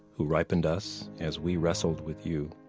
who ripened us as we wrestled with you.